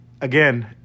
again